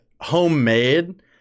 homemade